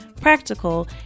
practical